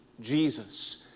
Jesus